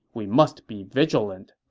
we must be vigilant.